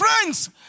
friends